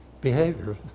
behavior